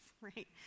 right